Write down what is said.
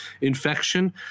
infection